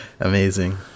amazing